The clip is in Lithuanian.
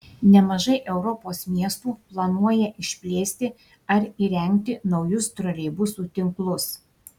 nemažai europos miestų planuoja išplėsti ar įrengti naujus troleibusų tinklus